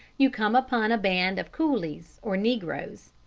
you come upon a band of coolies or negroes.